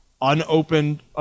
unopened